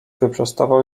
wyprostował